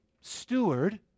steward